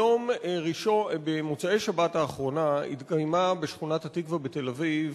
במוצאי השבת האחרונה התקיימה בשכונת-התקווה בתל-אביב